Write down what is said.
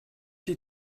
die